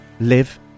live